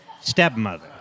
stepmother